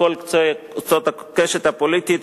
מכל קצות הקשת הפוליטית,